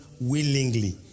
willingly